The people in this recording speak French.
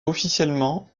officiellement